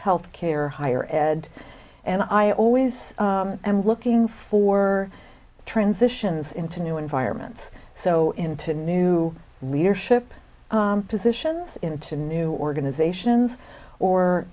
health care higher ed and i always am looking for transitions into new environments so into new leadership positions into new organizations